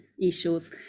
issues